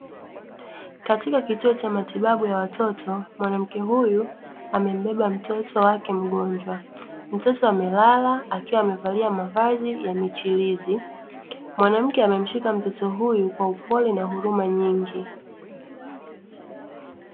Katika kituo cha matibabu ya watoto, mwanamke huyu amembeba mtoto wake mgonjwa. Mtoto amelala akiwa amevalia mavazi ya michirizi, mwanamke amemshika mtoto huyu kwa upole na huruma nyingi.